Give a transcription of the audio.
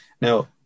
now